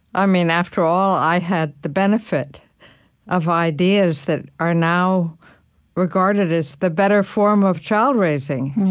i mean after all, i had the benefit of ideas that are now regarded as the better form of child raising.